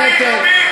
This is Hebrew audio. תני גם לנו הנחות,